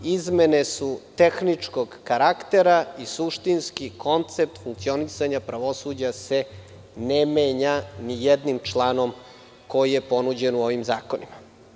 Izmene su tehničkog karaktera i suštinski koncept funkcionisanja pravosuđa se ne menja ni jednim članom koji je ponuđen u ovim zakonima.